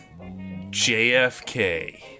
JFK